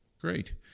Great